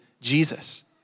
Jesus